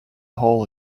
hole